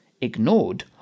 ignored